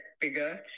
bigger